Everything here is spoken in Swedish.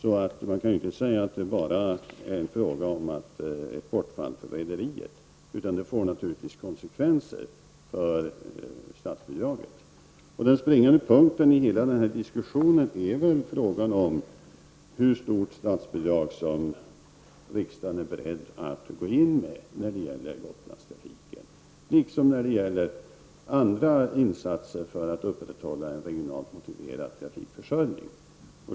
Man kan således inte säga att det bara är fråga om ett bortfall för rederierna, utan det får naturligtvis konsekvenser för statsbidraget. Den springande punkten i hela den här diskussionen är väl frågan om hur stort statsbidrag som riksdagen är beredd att gå in med när det gäller Gotlanastrafiken, liksom när det gäller andra insatser för att upprätthålla en regionalt motiverad trafikförsörjning.